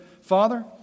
Father